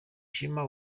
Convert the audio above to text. ishema